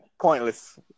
pointless